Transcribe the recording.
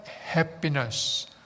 happiness